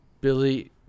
Billy